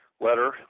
letter